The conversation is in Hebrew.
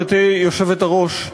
היושבת-ראש,